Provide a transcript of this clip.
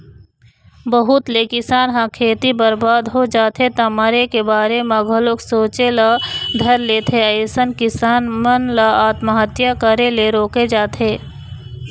बहुत ले किसान ह खेती बरबाद हो जाथे त मरे के बारे म घलोक सोचे ल धर लेथे अइसन किसान मन ल आत्महत्या करे ले रोके जाथे